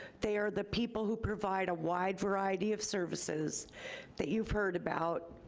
they are the people who provide a wide variety of services that you've heard about.